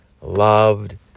loved